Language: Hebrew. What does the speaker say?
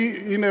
הנה,